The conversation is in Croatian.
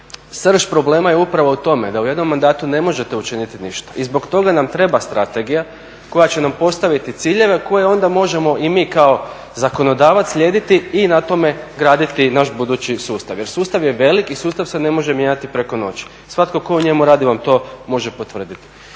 Srž problema je upravo u tome da u jednom mandatu ne možete učiniti ništa. I zbog toga nam treba strategija koja će nam postaviti ciljeve koje onda možemo i mi kao zakonodavac slijediti i na tome graditi naš budući sustav jer sustav je velik i sustav se ne može mijenjati preko noći. Svatko tko u njemu radi vam to može potvrditi.